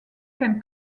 can